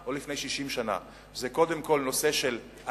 או לפני 60 שנה: קודם כול נושא העלייה,